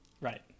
Right